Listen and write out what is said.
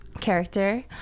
Character